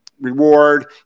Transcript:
reward